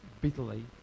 bitterly